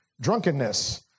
drunkenness